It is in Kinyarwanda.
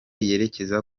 yerekeza